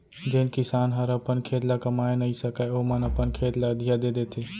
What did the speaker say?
जेन किसान हर अपन खेत ल कमाए नइ सकय ओमन अपन खेत ल अधिया दे देथे